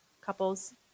couples